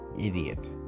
idiot